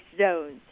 zones